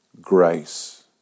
grace